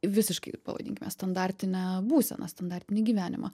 visiškai pavadinkime standartinę būseną standartinį gyvenimą